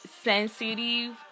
sensitive